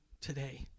today